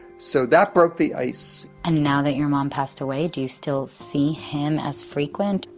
so that broke the ice and now that your mom passed away, do you still see him as frequent?